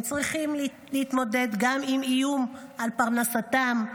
הם צריכים להתמודד גם עם איום על פרנסתם.